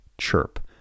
CHIRP